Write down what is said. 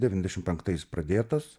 devyniasdešimt penktais pradėtas